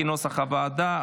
כנוסח הוועדה.